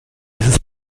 dieses